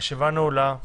הישיבה נעולה.